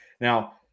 Now